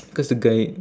because the guy